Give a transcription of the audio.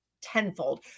tenfold